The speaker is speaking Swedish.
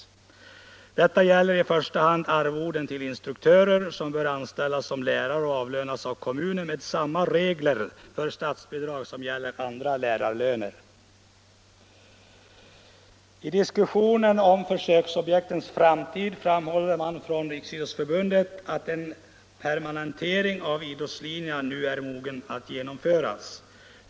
Detta godkännande gäller i första hand arvoden till de instruktörer som bör anställas som lärare och avlönas av kommuner, med samma regler för de lärararvoden som betalas av statsbidrag som dem som gäller andra lärarlöner. I diskussionen om försöksobjektens framtid framhåller Riksidrottsförbundet att en permanentning av idrottslinjerna nu är mogen att genomföras.